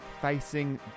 facing